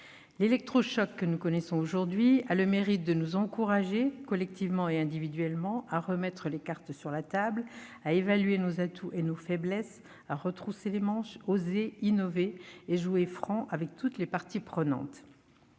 L'électrochoc que nous connaissons aujourd'hui a le mérite de nous encourager, collectivement et individuellement, à remettre les cartes sur la table, à évaluer nos atouts et nos faiblesses, à retrousser nos manches, à oser, à innover et à jouer franc-jeu avec toutes les parties prenantes.